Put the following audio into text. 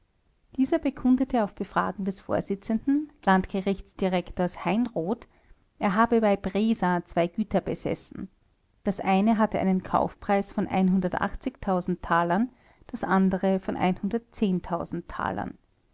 dieser bekundete auf befragen des vorsitzenden landgerichtsdirektors heinroth er habe bei bresa zwei güter besessen das eine hatte einen kaufpreis von talern das andere von talern